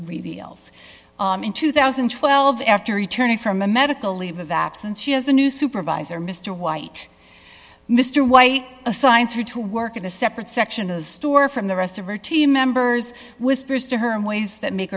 reveals in two thousand and twelve after returning from a medical leave of absence she has a new supervisor mr white mr white assigns for to work in a separate section of the store from the rest of her team members whispers to her in ways that make